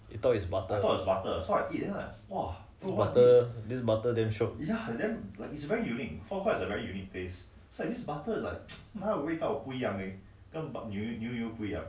you thought it was butter this butter damm shiok